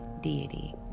deity